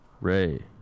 Ray